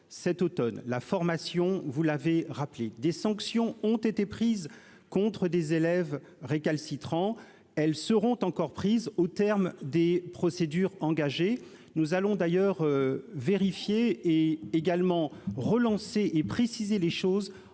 la formation, vous l'avez rappelé des sanctions ont été prises contre des élèves récalcitrants, elles seront encore prises au terme des procédures engagées, nous allons d'ailleurs vérifiez également relancer et préciser les choses